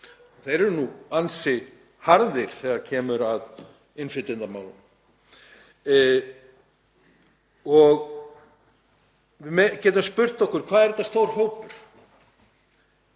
þeir nú ansi harðir þegar kemur að innflytjendamálum. Við getum spurt: Hvað er þetta stór hópur?